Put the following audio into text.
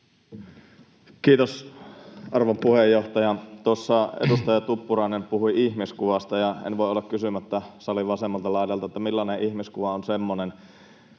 Kiitos, arvon puheenjohtaja! Tuossa edustaja Tuppurainen puhui ihmiskuvasta, ja en voi olla kysymättä salin vasemmalta laidalta, että millainen ihmiskuva on semmoinen,